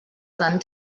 son